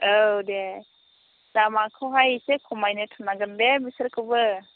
औ दे दामाखाहाय एसे खमायनो थोननांगोन दे बिसोरखौबो